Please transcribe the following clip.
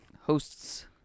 Hosts